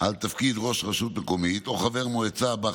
על תפקיד ראש רשות מקומית או חבר מועצה בה,